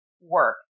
work